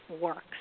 works